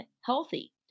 healthy